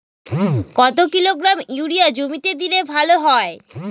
কত kilogram urea জমিতে দিলে ভালো হয়?